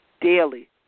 Daily